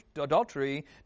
adultery